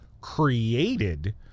created